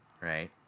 right